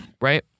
right